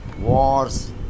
wars